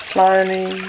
Slowly